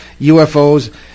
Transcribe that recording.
UFOs